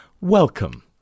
welcome